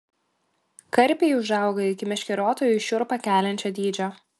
karpiai užauga iki meškeriotojui šiurpą keliančio dydžio